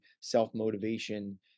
self-motivation